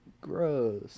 gross